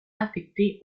affecté